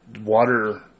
water